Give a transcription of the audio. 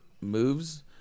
moves